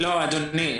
לא אדוני,